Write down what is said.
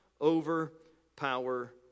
overpower